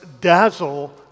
Dazzle